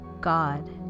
God